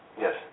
Yes